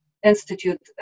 Institute